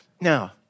Now